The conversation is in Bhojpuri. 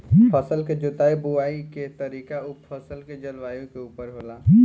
फसल के जोताई बुआई के तरीका उ फसल के जलवायु के उपर होला